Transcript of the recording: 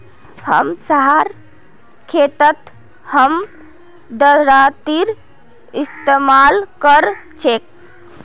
हमसार खेतत हम दरांतीर इस्तेमाल कर छेक